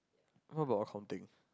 what about accounting